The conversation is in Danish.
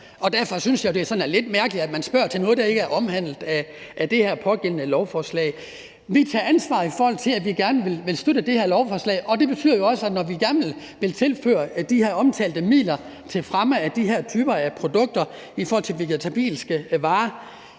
derfor synes jeg jo, det er lidt mærkeligt, at man spørger til noget, der ikke er omfattet af det pågældende lovforslag. Vi tager ansvar, i forhold til at vi gerne vil støtte det her lovforslag, og det betyder jo også, at når vi gerne vil tilføre de her omtalte midler til fremme af de her typer af produkter, altså de vegetabilske varer,